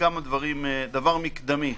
דבר מקדמי: